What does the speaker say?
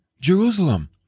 Jerusalem